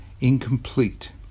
incomplete